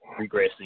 regressing